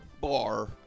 bar